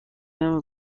نمی